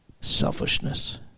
selfishness